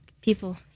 people